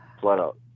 flat-out